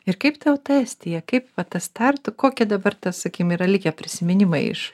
ir kaip tau tai estija kaip va tas tartu kokie dabar sakykim yra likę prisiminimai iš